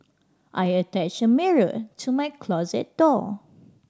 I attached a mirror to my closet door